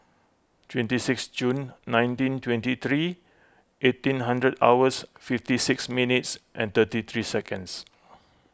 twenty six June nineteen twenty three eighteen hundred hours fifty six minutes and thirty three seconds